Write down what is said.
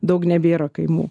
daug nebėra kaimų